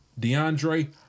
DeAndre